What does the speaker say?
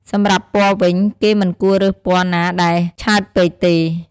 សម្រាប់់ពណ៌វិញ គេមិនគួររើសពណ៌ណាដែលឆើតពេកទេ។